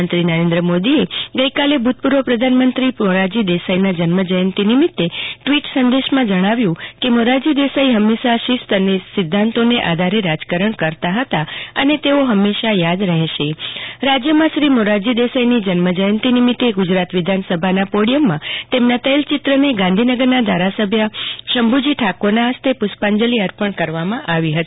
પ્રધાનમંત્રી નરેન્દ્ર મોદીએ ગઈકાલે ભુતપુર્વ પ્રધાનમંત્રી મોરારજી દેસાઈના જન્મ જયંતી નિમિતે ટ્વીટ સંદેશામાં જણાવ્યુ છે કે મોરારજી દેસાઈ હંમેશા શિસ્ત અને સિધ્ધાંતોના આધારે રાજકારણ કરતા હતા અને તેઓ હંમેશા યાદ રહેશે રાજ્યમાં શ્રી મોરારજી દેસાની જન્મ જયંતિ નિમિતે ગુજરાત વિધાનસભાના પોડિથમમાં તેમના તૈલ ચિત્રને ગાંધીનગરના ધારસભ્ય શંભુજી ઠાકોરના હસ્તે પુષ્પાંજલી અર્પણ કરવામાં આવી હતી